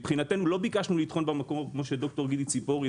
לא ביקשנו לטחון במקום כפי שאמר ד"ר גידי צפורי,